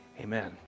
Amen